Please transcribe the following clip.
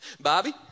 Bobby